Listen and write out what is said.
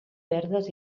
verdes